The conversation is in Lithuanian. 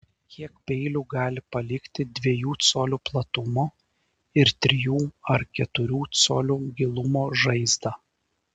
kiek peilių gali palikti dviejų colių platumo ir trijų ar keturių colių gilumo žaizdą